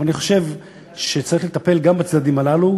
אני חושב שצריך לטפל גם בצדדים הללו,